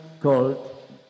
called